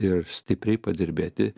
ir stipriai padirbėti